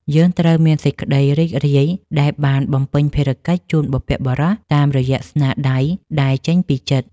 យើងត្រូវមានសេចក្តីរីករាយដែលបានបំពេញភារកិច្ចជូនបុព្វបុរសតាមរយៈស្នាដៃដែលចេញពីចិត្ត។